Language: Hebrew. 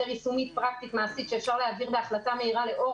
יישומית פרקטית מעשית שאפשר להעביר בהחלטה מהירה לאור